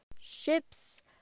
Ships